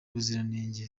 ubuziranenge